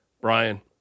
Brian